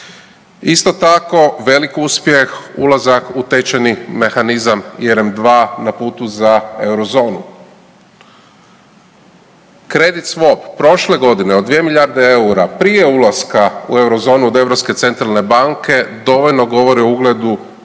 Isto tako, velik uspjeh ulazak u tečajni mehanizma ERM II na putu za eurozonu. Kredit swap prošle godine od 2 milijarde EUR-a prije ulaska u eurozonu od Europske centralne